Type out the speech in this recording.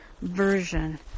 version